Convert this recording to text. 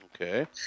Okay